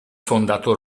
fondato